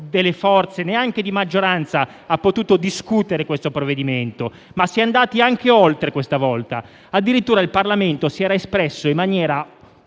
politiche - neanche di maggioranza - ha potuto discutere il provvedimento. Si è andati anche oltre, però, questa volta. Addirittura il Parlamento si era espresso in maniera